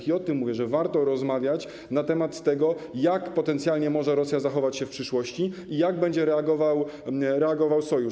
I o tym mówię, że warto rozmawiać na temat tego, jak potencjalnie może Rosja zachować się w przyszłości i jak będzie reagował Sojusz.